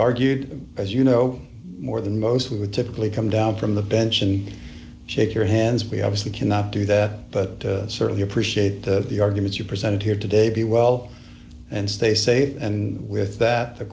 argued as you know more than most we would typically come down from the bench and shake your hands we obviously cannot do that but certainly appreciate the the arguments you presented here today be well and stay safe and with that t